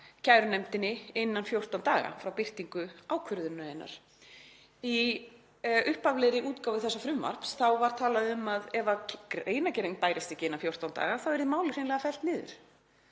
kærunefndinni innan 14 daga frá birtingu ákvörðunarinnar. Í upphaflegri útgáfu þessa frumvarps var talað um að ef greinargerðin bærist ekki innan 14 daga þá yrði málið hreinlega fellt niður,